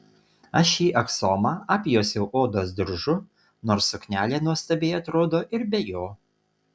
aš šį aksomą apjuosiau odos diržu nors suknelė nuostabiai atrodo ir be jo